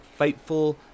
Fightful